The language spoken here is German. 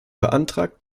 beantragt